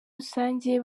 rusange